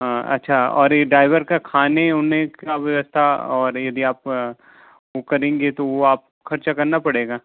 हाँ अच्छा और ये ड्राइवर का खाने होने का व्यवस्था और यदि आप को करेंगे तो वो आप खर्चा करना पड़ेगा